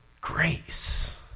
grace